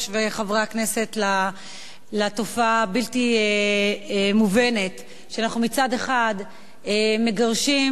לתופעה הבלתי-מובנת שאנחנו מצד אחד מגרשים על-פי צו בית-הדין